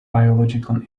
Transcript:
biological